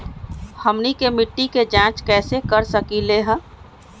हमनी के मिट्टी के जाँच कैसे कर सकीले है?